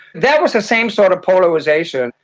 that was the same sort of polarisation.